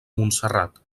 montserrat